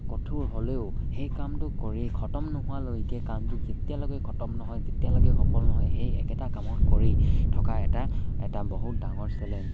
কঠোৰ হ'লেও সেই কামটো কৰি খটম নোহোৱালৈকে কামটো যেতিয়ালৈকে খটম নহয় তেতিয়ালৈকে সফল নহয় সেই একেটা কামক কৰি থকা এটা এটা বহুত ডাঙৰ চেলেঞ্জ